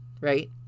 right